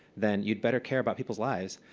then you'd better care about people's lives.